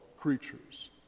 creatures